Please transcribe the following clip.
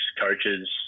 coaches